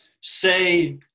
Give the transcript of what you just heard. say